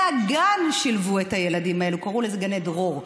מהגן שילבו את הילדים האלו, קראו לזה גני דרור.